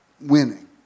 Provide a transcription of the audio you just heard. winning